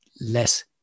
less